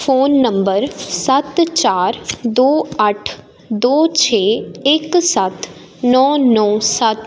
phone number ਸੱਤ ਚਾਰ ਦੋ ਅੱਠ ਦੋ ਛੇ ਇੱਕ ਸੱਤ ਨੌਂ ਨੌਂ ਸੱਤ